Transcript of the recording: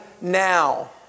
now